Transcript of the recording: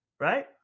Right